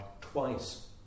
twice